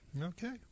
Okay